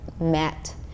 met